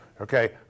Okay